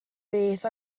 beth